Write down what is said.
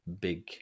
big